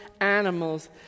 animals